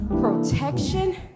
protection